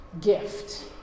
gift